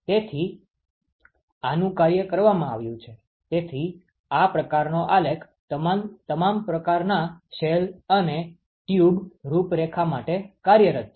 તેથી આનું કાર્ય કરવામાં આવ્યું છે તેથી આ પ્રકારનો આલેખ તમામ પ્રકારના શેલ અને ટ્યુબ રૂપરેખા માટે કાર્યરત છે